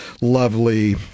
lovely